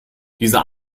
dieser